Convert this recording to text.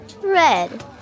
red